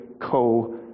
co